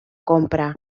compra